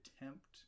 attempt